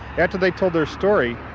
after they told their story,